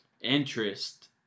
interest